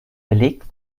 belegt